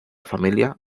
familia